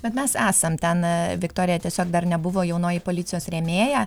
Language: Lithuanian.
bet mes esam ten viktorija tiesiog dar nebuvo jaunoji policijos rėmėja